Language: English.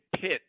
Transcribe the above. pit